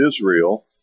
Israel